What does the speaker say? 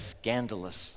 scandalous